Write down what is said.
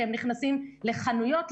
כשהם נכנסים לחנויות,